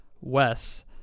Wes